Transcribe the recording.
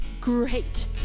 great